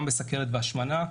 גם בסוכרת והשמנה,